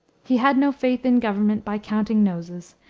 he had no faith in government by counting noses,